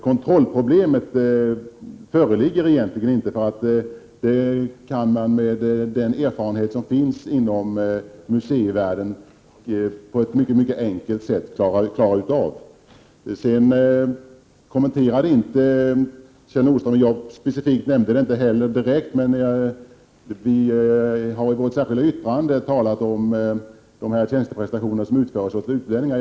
Kontrollproblemen föreligger egentligen inte, utan kontrollen kan man med den erfarenhet som finns inom museivärlden på ett mycket enkelt sätt klara av. Kjell Nordström kommenterade inte heller, och jag nämnde det specifikt, att vi i vårt särskilda yttrande talat om de tjänsteprestationer som utförs åt utlänningar.